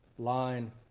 Line